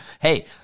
hey